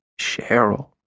Cheryl